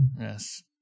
Yes